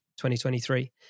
2023